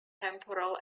temporal